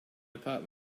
apartment